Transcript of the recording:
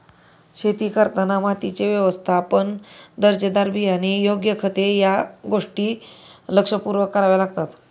शेती करताना मातीचे व्यवस्थापन, दर्जेदार बियाणे, योग्य खते या गोष्टी लक्षपूर्वक कराव्या लागतात